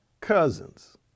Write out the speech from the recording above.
cousins